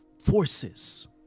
forces